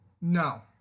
No